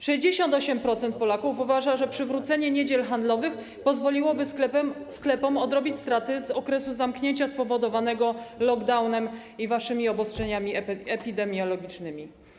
68% Polaków uważa, że przywrócenie niedziel handlowych pozwoliłoby odrobić sklepom straty z okresu zamknięcia spowodowanego lockdownem i waszymi obostrzeniami epidemiologicznymi.